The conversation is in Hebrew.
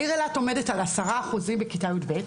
עומדת על 10% בכיתה י"ב,